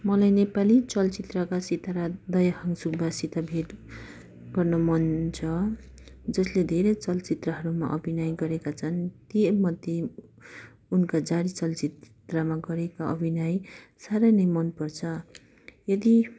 मलाई नेपाली चलचित्रका सितारा दयाहाङ राईसित भेट गर्न मन छ जसले धेरै चलचित्रहरूमा अभिनय गरेका छन् ती मध्ये उनका जारी चलचित्रमा गरेका अभिनय साह्रै नै मन पर्छ यदि